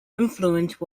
influence